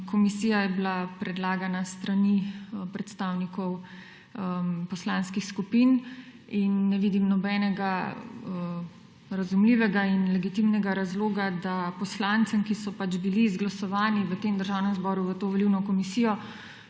komisija je bila predlagana s strani predstavnikov poslanskih skupin in ne vidim nobenega razumljivega in legitimnega razloga, da poslancem, ki so pač bili izglasovani v tem Državnem zboru, v to volilno komisijo,